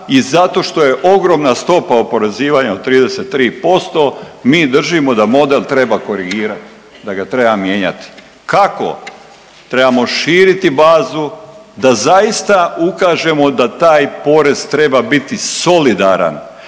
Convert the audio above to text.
i zato što je ogromna stopa oporezivanja od 33% mi držimo da model treba korigirati, da ga treba mijenjati. Kako? Trebamo širiti bazu da zaista ukažemo da taj porez treba biti solidaran.